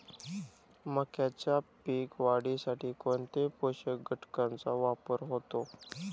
मक्याच्या पीक वाढीसाठी कोणत्या पोषक घटकांचे वापर होतो?